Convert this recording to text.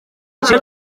kimwe